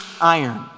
iron